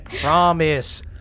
promise